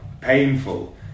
painful